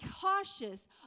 cautious